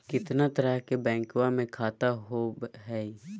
कितना तरह के बैंकवा में खाता होव हई?